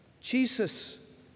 Jesus